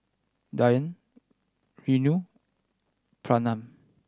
Dhyan Renu Pranav